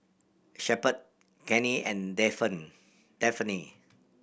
Shepherd Cannie and Daphne